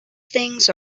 things